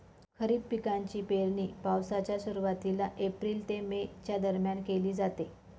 खरीप पिकांची पेरणी पावसाच्या सुरुवातीला एप्रिल ते मे च्या दरम्यान केली जाते